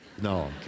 no